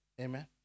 Amen